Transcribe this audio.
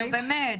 נו, באמת.